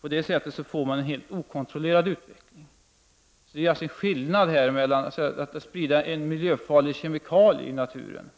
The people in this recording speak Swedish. På det sättet får man en helt okontrollerad utveckling. Det är en skillnad jämfört med att sprida en miljöfarlig kemikalie ut i naturen.